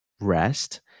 rest